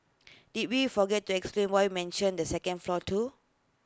did we forget to explain why mentioned the second floor too